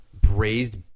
braised